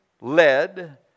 led